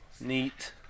Neat